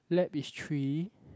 lab is three